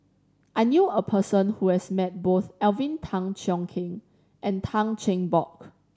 I knew a person who has met both Alvin Tan Cheong Kheng and Tan Cheng Bock